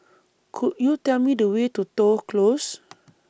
Could YOU Tell Me The Way to Toh Close